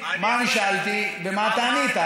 מה אני שאלתי ומה אתה ענית.